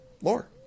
Lore